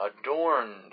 adorned